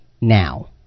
now